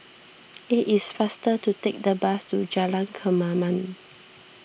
it is faster to take the bus to Jalan Kemaman